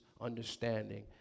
understanding